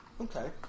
Okay